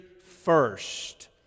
first